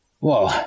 Whoa